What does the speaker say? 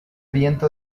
viento